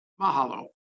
Mahalo